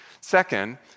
Second